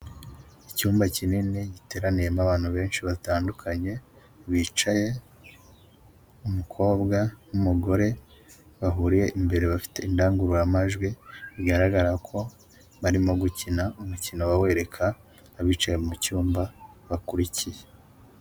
Icyumba kinini giteraniyemo abantu benshi batandukanye bicaye, umukobwa n'umugore bahuriye imbere bafite indangururamajwi bigaragara ko barimo gukina umukino bereka abicaye mucyumba bakurikiye.